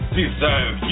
deserve